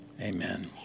Amen